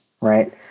right